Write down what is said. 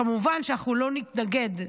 כמובן שאנחנו לא נתנגד,